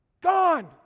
Gone